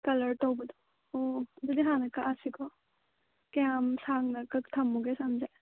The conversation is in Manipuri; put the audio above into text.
ꯀꯂꯔ ꯇꯧꯕꯗ ꯑꯣ ꯑꯗꯨꯗꯤ ꯍꯥꯟꯅ ꯀꯛꯑꯁꯤꯀꯣ ꯀꯌꯥꯝ ꯁꯥꯡꯅ ꯊꯝꯂꯨꯒꯦ ꯁꯝꯁꯦ